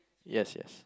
yes yes